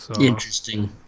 Interesting